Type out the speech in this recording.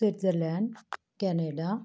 Switzerland Canada